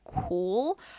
cool